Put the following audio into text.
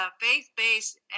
faith-based